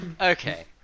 Okay